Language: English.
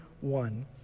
one